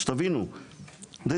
זה